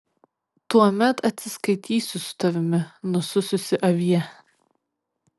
tuomet atsiskaitysiu su tavimi nusususi avie